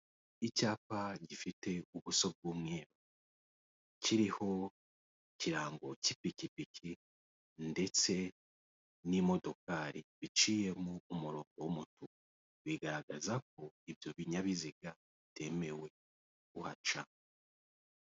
Icyapa gifite ubuso bw'umweru, kiriho ikirango cy'ipikipiki ndetse n'imodokari biciyemo umurongo w'umutuku, bigaragaza ko ibyo binyabiziga bitemerewe kuhaca.